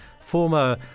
Former